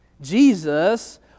Jesus